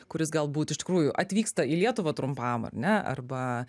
kuris galbūt iš tikrųjų atvyksta į lietuvą trumpam ar ne arba